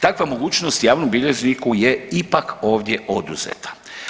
Takva mogućnost javnom bilježniku je ipak ovdje oduzeta.